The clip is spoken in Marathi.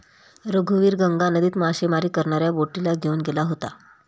रघुवीर गंगा नदीत मासेमारी करणाऱ्या बोटीला घेऊन गेला होता